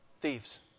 thieves